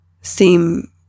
seem